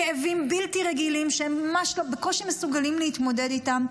כאבים בלתי רגילים שהם בקושי מסוגלים להתמודד איתם,